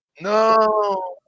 No